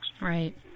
Right